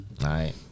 right